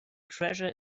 treasure